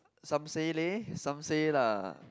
some say leh some say lah